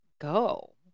go